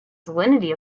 salinity